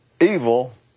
evil